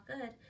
good